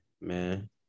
man